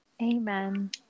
Amen